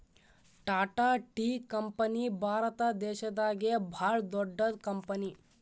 Tata tea company Bharat ದೇಶದಾಗೆ ಭಾಳ್ ದೊಡ್ಡದ್ ಕಂಪನಿ